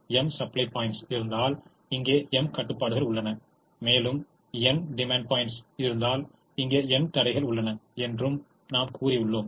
m supply points இருந்தால் இங்கே m கட்டுப்பாடுகள் உள்ளன மேலும் n டிமாண்ட் பாய்ண்ட்ஸ் இருந்தால் இங்கே n தடைகள் உள்ளன என்றும் நாம் கூறியுள்ளோம்